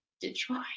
Detroit